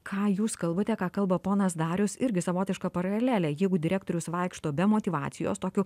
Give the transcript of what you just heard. ką jūs kalbate ką kalba ponas darius irgi savotiška paralelė jeigu direktorius vaikšto be motyvacijos tokiu